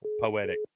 poetic